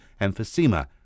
emphysema